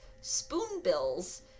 spoonbills